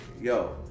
yo